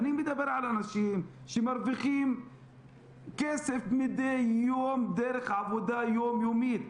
אני מדבר על אנשים שמרוויחים כסף מדי יום דרך עבודה יומיומית,